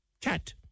cat